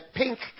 pink